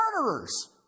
murderers